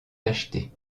tacheté